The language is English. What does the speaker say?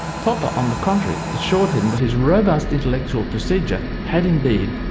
popper, on the contrary, assured him that his robust intellectual procedure had, indeed,